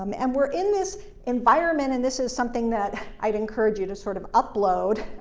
um and we're in this environment, and this is something that i'd encourage you to sort of upload,